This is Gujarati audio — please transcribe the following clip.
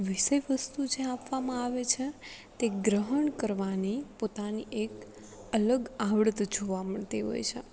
વિષય વસ્તુ જે આપવામાં આવે છે તે ગ્રહણ કરવાની પોતાની એક અલગ આવડત જોવા મળતી હોય છે